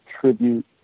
tribute